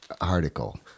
article